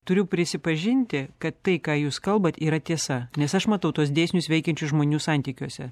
turiu prisipažinti kad tai ką jūs kalbat yra tiesa nes aš matau tuos dėsnius veikiančius žmonių santykiuose